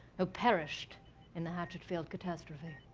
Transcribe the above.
who perished in the hatchetfield catastrophe.